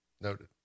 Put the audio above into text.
noted